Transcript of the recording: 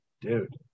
dude